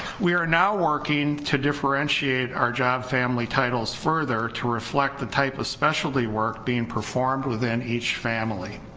we are now working to differentiate our job family titles further to reflect the type of specialty work being performed within each family,